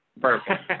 Perfect